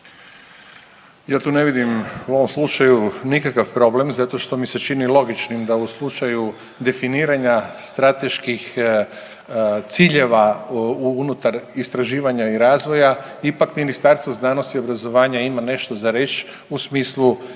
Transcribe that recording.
Ja tu ne vidim u ovom slučaju nikakav problem zato što mi se čini logičnim da u slučaju definiranja strateških ciljeva unutar istraživanja i razvoja ipak Ministarstvo znanosti i obrazovanja ima nešto za reć u smislu i